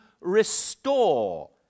restore